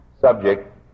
subject